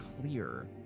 clear